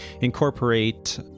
incorporate